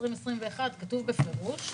כתוב בפירוש: